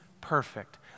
perfect